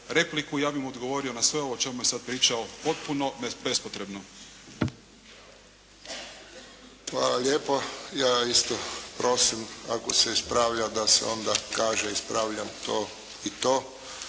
ja bih mu odgovorio na sve ovo o čemu je sada pričao potpuno bespotrebno. **Friščić, Josip (HSS)** Hvala lijepo. Ja isto prosim, ako se ispravlja da se onda kaže, ispravljam to i to,